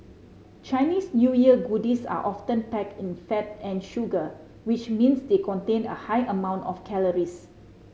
Chinese New Year goodies are often packed in fat and sugar which means they contain a high amount of calories